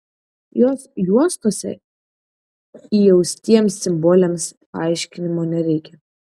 jos juostose įaustiems simboliams paaiškinimo nereikia